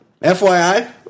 FYI